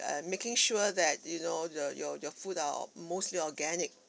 and making sure that you know the your your food are uh mostly organic